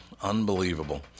Unbelievable